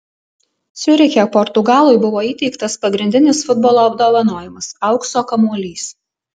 ciuriche portugalui buvo įteiktas pagrindinis futbolo apdovanojimas aukso kamuolys